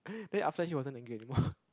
then after she wasn't angry anymore